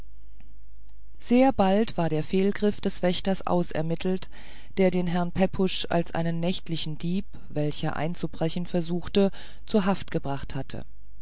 sehr bald war der fehlgriff des wächters ausgemittelt der den herrn pepusch als einen nächtlichen dieb welcher einzubrechen versucht zur haft gebracht hatte